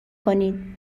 کنین